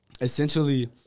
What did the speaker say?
essentially